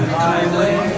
highway